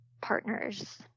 partners